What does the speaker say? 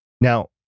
Now